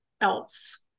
else